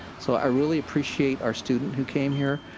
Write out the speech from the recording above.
so i really appreciate our student who came here,